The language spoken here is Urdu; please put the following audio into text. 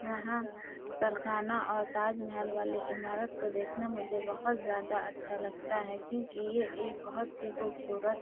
وہاں تہ خانہ اور تاج محل والے عمارت کو دیکھنا مجھے بہت زیادہ اچھا لگتا ہے کیونکہ یہ ایک بہت ہی خوبصورت